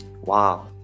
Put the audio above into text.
wow